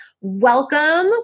welcome